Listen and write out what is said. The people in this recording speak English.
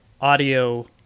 audio